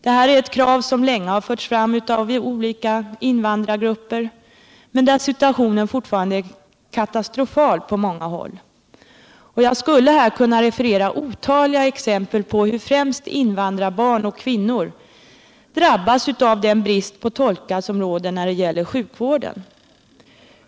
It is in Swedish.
Detta är ett krav som länge förts fram av olika invandrargrupper, men situationen är fortfarande katastrofal på många håll. Jag skulle här kunna referera otaliga exempel på hur främst invandrarbarn och kvinnor drabbas av den brist på tolkar som råder när det gäller sjukvården.